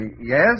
Yes